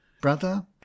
Brother